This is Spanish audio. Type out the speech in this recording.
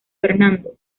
fernando